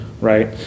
right